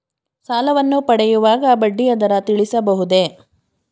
ಸಾಲವನ್ನು ಪಡೆಯುವಾಗ ಬಡ್ಡಿಯ ದರ ತಿಳಿಸಬಹುದೇ?